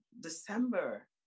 December